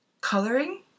Coloring